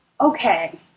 okay